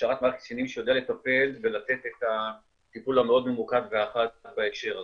הכשרת מערך קצינים שיודע לטפל ולתת את הטיפול המאוד ממוקד בהקשר הזה.